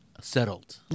settled